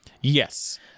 Yes